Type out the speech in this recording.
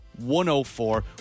104